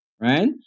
right